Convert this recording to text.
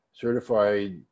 certified